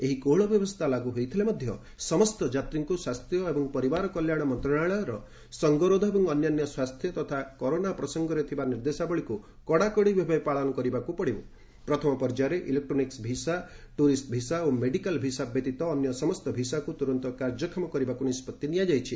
ଏହି କୋହଳ ବ୍ୟବସ୍ଥା ଲାଗୁ ହୋଇଥିଲେ ମଧ୍ୟ ସମସ୍ତ ଯାତ୍ରୀଙ୍କୁ ସ୍ୱାସ୍ଥ୍ୟ ଏବଂ ପରିବାର କଲ୍ୟାଣ ମନ୍ତ୍ରଣାଳୟର ସଙ୍ଗରୋଧ ଏବଂ ଅନ୍ୟାନ୍ୟ ସ୍ୱାସ୍ଥ୍ୟ ତଥା କରୋନା ପ୍ରସଙ୍ଗରେ ଥିବା ନିର୍ଦ୍ଦେଶାବଳୀକ୍ତ କଡାକଡି ପାଳନ କରିବାକ୍ବ ପଡିବା ପ୍ରଥମ ପର୍ଯ୍ୟାୟରେ ଇଲେକ୍ଟୋନିକ୍ ଭିସା ଟୁରିଷ୍ଟ ଭିସା ଏବଂ ମେଡିକାଲ୍ ଭିସା ବ୍ୟତୀତ ଅନ୍ୟ ସମସ୍ତ ଭିସାକୁ ତୁରନ୍ତ କାର୍ଯ୍ୟକ୍ଷମ କରିବାକୁ ନିଷ୍ପଭି ନିଆଯାଇଛି